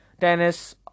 tennis